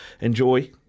Enjoy